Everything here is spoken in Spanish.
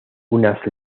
unas